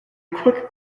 quick